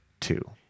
two